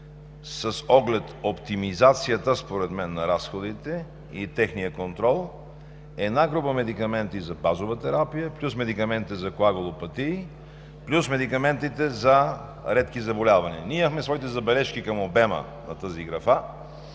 с оглед оптимизацията според мен на разходите и техния контрол една група медикаменти за базова терапия плюс медикамента за коагулопатии, плюс медикаментите за редки заболявания. Ние имахме своите забележки към обема на тази графа,